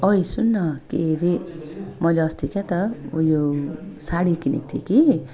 ओइ सुन्न के अरे मैले अस्ति क्या त उयो साडी किनेक थिएँ कि